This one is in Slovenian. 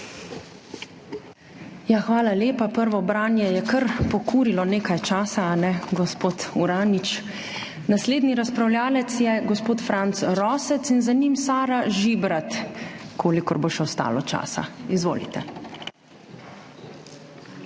Hvala lepa. Prvo branje je kar pokurilo nekaj časa, ali ne, gospod Uranič? Naslednji razpravljavec je gospod Franc Rosec in za njim Sara Žibrat, kolikor bo še ostalo časa. Izvolite.